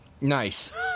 Nice